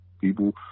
people